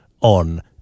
on